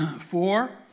four